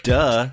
Duh